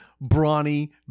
brawny